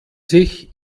sich